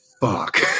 fuck